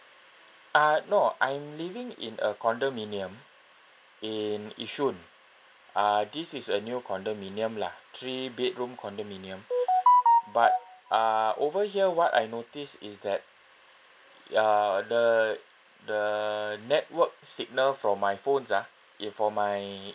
uh no I'm living in a condominium in yishun uh this is a new condominium lah three bedroom condominium but uh over here what I notice is that uh the the network signal for my phones ah eh for my